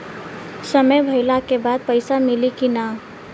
समय भइला के बाद पैसा मिली कि ना?